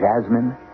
jasmine